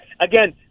again